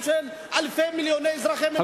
של מיליוני אזרחי מדינת ישראל וחברי כנסת?